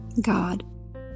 god